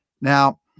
Now